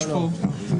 לפרוטוקול.